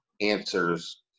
answers